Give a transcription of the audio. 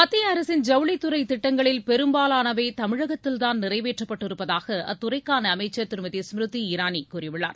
மத்திய அரசின் ஜவுளித் துறை திட்டங்களில் பெரும்பாலானவை தமிழகத்தில் தான் நிறைவேற்றப்பட்டு இருப்பதாக அத்துறைக்கான அமைச்சர் திருமதி ஸ்மிருதி இரானி கூறியுள்ளார்